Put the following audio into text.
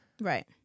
Right